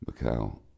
Macau